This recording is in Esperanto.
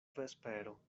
vespero